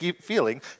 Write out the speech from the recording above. feeling